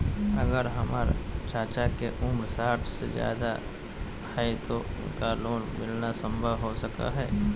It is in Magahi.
अगर हमर चाचा के उम्र साठ साल से जादे हइ तो उनका लोन मिलना संभव हो सको हइ?